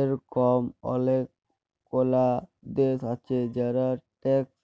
ইরকম অলেকলা দ্যাশ আছে যারা ট্যাক্স